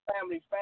Family